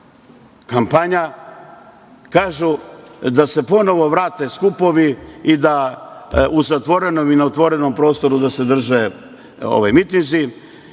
kampanja kažu, da se ponovo vrate skupovi da u zatvorenom i na otvorenom prostoru da se drže mitinzi.